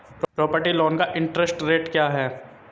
Property loan का interest rate क्या है?